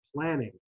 planning